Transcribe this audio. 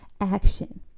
action